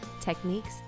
techniques